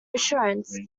assurance